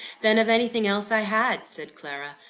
than of anything else i had, said clara.